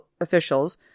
officials